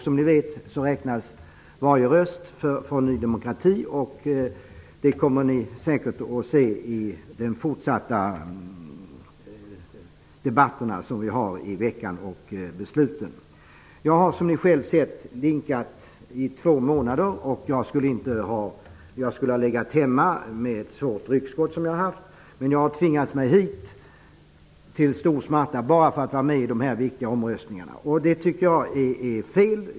Som ni vet räknas varje röst från Ny demokrati, vilket ni säkert kommer att märka vid de fortsatta debatterna och omröstningarna under denna vecka. Jag har, som ni själva säkert har sett, linkat i två månader. Jag skulle egentligen ha legat hemma, eftersom jag har haft svårt ryggskott. Men jag har med stor smärta tvingat mig hit för att delta i de viktiga omröstningarna. Jag tycker att systemet är fel.